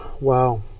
Wow